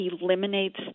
eliminates